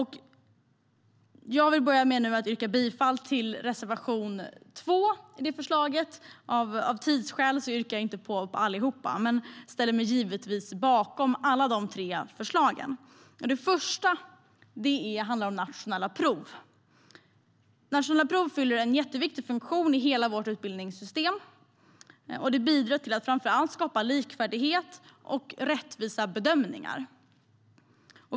Jag vill börja med att yrka bifall till reservation 2 i det förslaget. Av tidsskäl yrkar jag inte på alla, men jag ställer mig givetvis bakom alla de tre förslagen. Det första handlar om nationella prov. Nationella prov fyller en jätteviktig funktion i hela vårt utbildningssystem och bidrar framför allt till att skapa likvärdighet och rättvisa bedömningar.